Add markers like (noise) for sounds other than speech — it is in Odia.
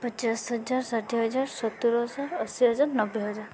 ପଚାଶ ହଜାର ଷାଠିଏ ହଜାର (unintelligible) ଅଶୀ ହଜାର ନବେ ହଜାର